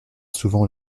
souvent